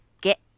get